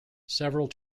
several